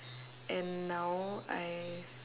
and now I